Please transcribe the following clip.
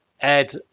ed